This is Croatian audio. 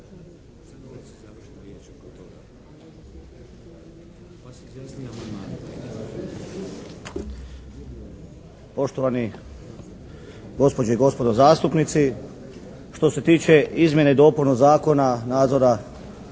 Poštovani gospođe i gospodo zastupnici, što se tiče izmjene i dopune Zakona nadzora